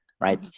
right